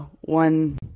one